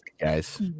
guys